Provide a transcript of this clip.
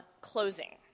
closing